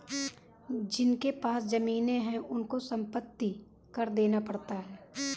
जिनके पास जमीने हैं उनको संपत्ति कर देना पड़ता है